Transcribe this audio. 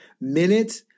minute